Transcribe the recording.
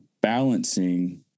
balancing